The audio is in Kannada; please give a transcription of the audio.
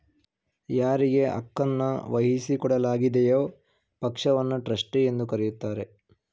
ಯಾರಿಗೆ ಹಕ್ಕುನ್ನ ವಹಿಸಿಕೊಡಲಾಗಿದೆಯೋ ಪಕ್ಷವನ್ನ ಟ್ರಸ್ಟಿ ಎಂದು ಕರೆಯುತ್ತಾರೆ